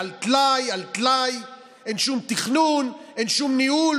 / היאך הופקרת לחסדי שמיים / מי יעצור